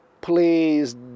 please